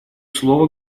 слово